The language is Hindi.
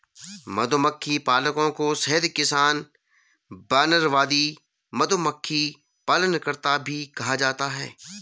मधुमक्खी पालकों को शहद किसान, वानरवादी, मधुमक्खी पालनकर्ता भी कहा जाता है